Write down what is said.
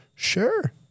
Sure